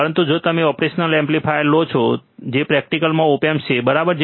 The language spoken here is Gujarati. પરંતુ જો તમે ઓપરેશનલ એમ્પ્લીફાયર લો જે પ્રેક્ટિકલમાં ઓપ એમ્પ છે બરાબર